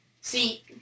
See